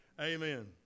Amen